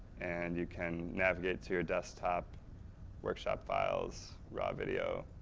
and you can navigate to your desktop workshop files, raw video,